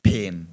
Pain